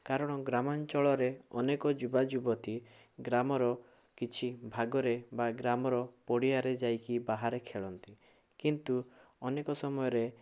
କାରଣ ଗ୍ରାମଞ୍ଚଳରେ ଅନେକ ଯୁବା ଯୁବତି ଗ୍ରାମର କିଛି ଭାଗରେ ବା ଗ୍ରାମର ପଡ଼ିଆରେ ଯାଇକି ବାହାରେ ଖେଳନ୍ତି କିନ୍ତୁ ଅନେକ ସମୟରେ